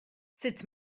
sut